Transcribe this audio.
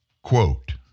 Quote